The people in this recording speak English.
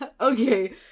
okay